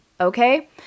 okay